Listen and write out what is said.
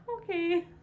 Okay